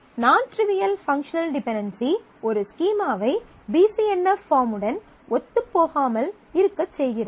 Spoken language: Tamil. நான் ட்ரிவியல் பங்க்ஷனல் டிபென்டென்சி ஒரு ஸ்கீமாவை பி சி என் எஃப் பார்முடன் ஒத்துப்போகாமல் இருக்கச் செய்கிறது